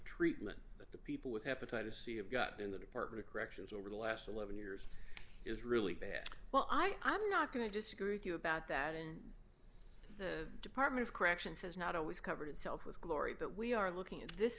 treatment that the people with hepatitis c have got in the department of corrections over the last eleven years is really bad well i am not going to disagree with you about that and the department of corrections has not always covered itself with glory that we are looking at this